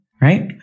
right